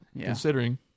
considering